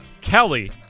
Kelly